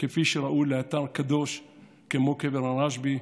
כפי שראוי לאתר קדוש כמו קבר הרשב"י,